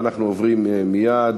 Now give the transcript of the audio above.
אנחנו עוברים מייד